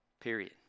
Period